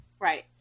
Right